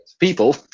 People